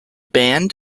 band